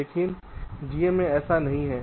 लेकिन GA में ऐसा नहीं है